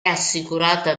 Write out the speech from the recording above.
assicurata